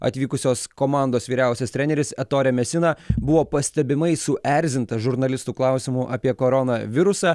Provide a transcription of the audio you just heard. atvykusios komandos vyriausias treneris etorė mesina buvo pastebimai suerzintas žurnalistų klausimų apie koronavirusą